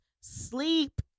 sleep